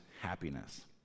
happiness